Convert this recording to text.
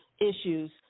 issues